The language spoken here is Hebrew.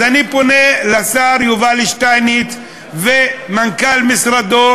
אז אני פונה לשר יובל שטייניץ ולמנכ"ל משרדו